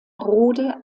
rohde